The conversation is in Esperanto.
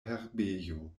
herbejo